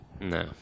No